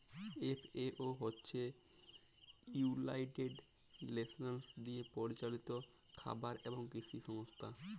FAO হছে united nations দিয়ে পরিচালিত খাবার এবং কিসি সংস্থা